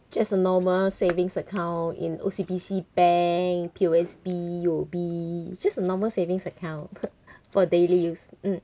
just a normal savings account in O_C_B_C bank P_O_S_B U_O_B just a normal savings account for daily use mm